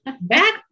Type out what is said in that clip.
Back